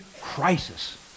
crisis